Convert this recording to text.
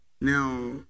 Now